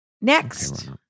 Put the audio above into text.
Next